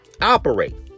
operate